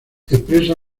expresa